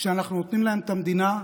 שאנחנו נותנים להם את המדינה,